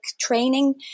training